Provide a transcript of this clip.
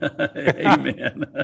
amen